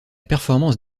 performance